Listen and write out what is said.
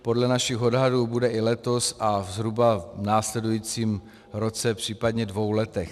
Podle našich odhadů bude i letos a zhruba v následujícím roce a případně dvou letech.